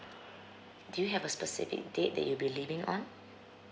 do you have a specific date that you'll be leaving on